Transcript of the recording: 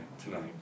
tonight